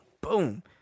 Boom